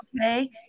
Okay